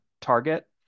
target